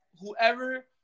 whoever